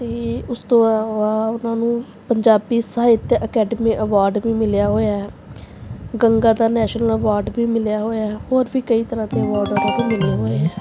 ਅਤੇ ਉਸ ਤੋਂ ਅਲਾਵਾ ਉਨ੍ਹਾਂ ਨੂੰ ਪੰਜਾਬੀ ਸਾਹਿਤਯ ਅਕੈਡਮੀ ਅਵੋਰਡ ਵੀ ਮਿਲਿਆ ਹੋਇਆ ਹੈ ਗੰਗਾ ਦਾ ਨੈਸ਼ਨਲ ਅਵੋਰਡ ਵੀ ਮਿਲਿਆ ਹੋਇਆ ਹੈ ਹੋਰ ਵੀ ਕਈ ਤਰ੍ਹਾਂ ਦੇ ਅਵੋਰਡ ਵੀ ਉਨ੍ਹਾਂ ਨੂੰ ਮਿਲੇ ਹੋਏ ਹੈ